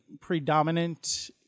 predominant